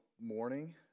morning